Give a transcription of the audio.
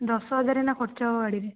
ଦଶ ହଜାର ଏହିନା ଖର୍ଚ୍ଚ ହେବ ଗାଡ଼ିରେ